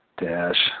dash